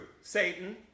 Satan